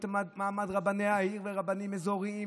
את מעמד רבני העיר והרבנים האזוריים,